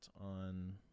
on